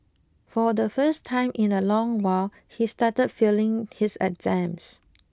for the first time in a long while he started failing his exams